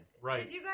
Right